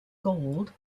gold